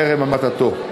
טרם המתתו.